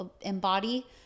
embody